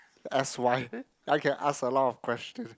S_Y I can ask a lot of question